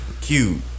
Cute